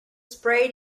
sprayed